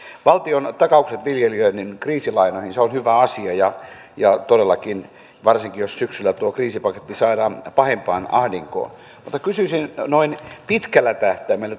valtion takaukset viljelijöiden kriisilainoihin ovat hyvä asia ja ja todellakin varsinkin jos syksyllä tuo kriisipaketti saadaan pahimpaan ahdinkoon mutta kysyisin miten saamme pitkällä tähtäimellä